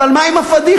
אבל מה עם הפאדיחה?